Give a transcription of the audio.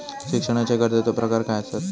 शिक्षणाच्या कर्जाचो प्रकार काय आसत?